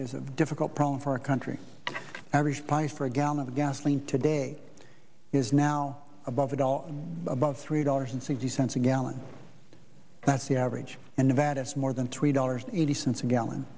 is a difficult problem for a country average price for a gallon of gasoline today is now above it all about three dollars and sixty cents a gallon that's the average and the vat is more than three dollars eighty cents a gallon